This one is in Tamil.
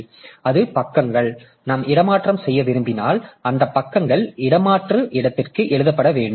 எனவே அந்த பக்கங்கள் நாம் இடமாற்றம் செய்ய விரும்பினால் அந்த பக்கங்கள் இடமாற்று இடத்திற்கு எழுதப்பட வேண்டும்